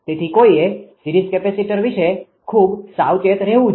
તેથી કોઈએ series capacitor વિશે ખૂબ સાવચેત રહેવું જોઈએ